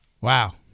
Wow